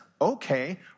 okay